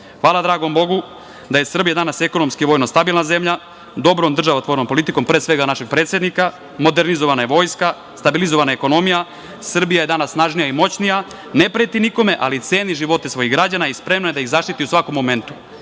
EU.Hvala dragom Bogu da je Srbija danas ekonomski i vojno stabilna zemlja. Dobrom državotvornom politikom, pre svega našeg predsednika, modernizovana je vojska, stabilizovana je ekonomija. Srbija je danas snažnija i moćnija, ne preti nikome, ali ceni živote svojih građana i spremna je da ih zaštiti u svakom momentu.